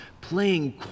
playing